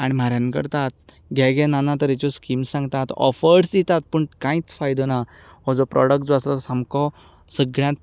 आनी बारगेन करतात घे घे ना ना तरेच्यो स्कीम्स सांगतात ऑफर्स दितात पूण कांयच फायदो ना हो जो प्रोडक्ट जो आसा तो सामको सगळ्यांत